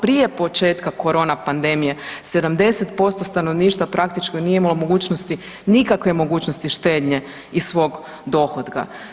Prije početka korona pandemije 70% stanovništva praktički nije imalo mogućnosti, nikakve mogućnosti štednje iz svog dohotka.